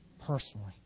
personally